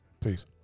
Peace